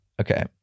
Okay